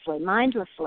mindlessly